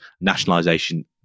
nationalisation